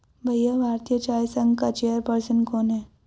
भैया भारतीय चाय संघ का चेयर पर्सन कौन है?